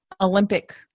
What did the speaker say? Olympic